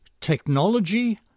Technology